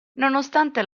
nonostante